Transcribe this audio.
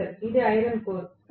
professor ఇది iron core